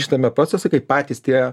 šitame procese kaip patys tie